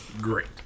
Great